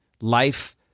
Life